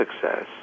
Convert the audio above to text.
success